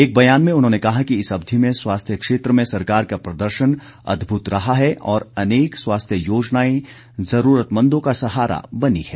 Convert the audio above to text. एक बयान में उन्होंने कहा कि इस अवधि में स्वास्थ्य क्षेत्र में सरकार का प्रदर्शन अदभुत रहा है और अनेक स्वास्थ्य योजनाएं जरूरतमंदों का सहारा बनी है